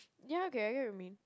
ya okay I get what you mean